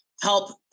help